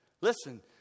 Listen